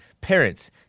parents